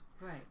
Right